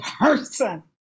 person